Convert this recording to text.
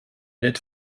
llet